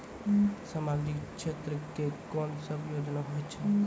समाजिक क्षेत्र के कोन सब योजना होय छै?